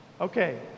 Okay